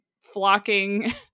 flocking